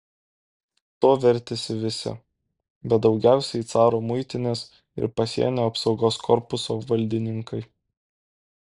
tuo vertėsi visi bet daugiausiai caro muitinės ir pasienio apsaugos korpuso valdininkai